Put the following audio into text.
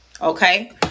okay